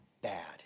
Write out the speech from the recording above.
bad